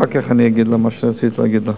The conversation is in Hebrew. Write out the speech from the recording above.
ואחר כך אני אגיד לה מה שרציתי להגיד לה.